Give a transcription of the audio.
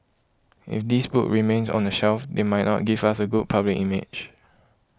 if these books remains on the shelf they might not give us a good public image